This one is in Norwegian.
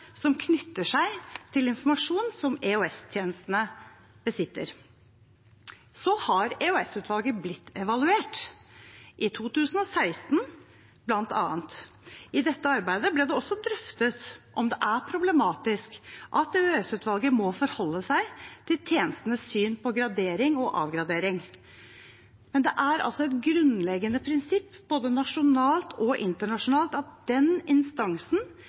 som knytter seg til informasjon som EOS-tjenestene besitter. Så har EOS-utvalget blitt evaluert, i 2016, bl.a. I dette arbeidet ble det også drøftet om det er problematisk at EOS-utvalget må forholde seg til tjenestenes syn på gradering og avgradering. Men det er altså et grunnleggende prinsipp, både nasjonalt og internasjonalt, at den instansen